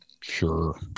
Sure